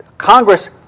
Congress